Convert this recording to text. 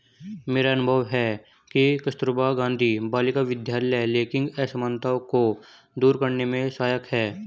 मेरा अनुभव है कि कस्तूरबा गांधी बालिका विद्यालय लैंगिक असमानता को दूर करने में सहायक है